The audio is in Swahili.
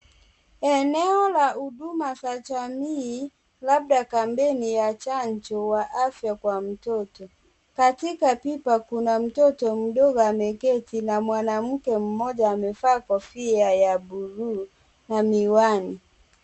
Eneo la huduma za jamii, labda kampeni ya chanjo wa afya kwa mtoto. Katika pipa, kuna mtoto mdogo ameketi na mwanamke mmoja amevaa kofia ya blue na miwani.